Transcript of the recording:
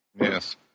Yes